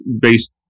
based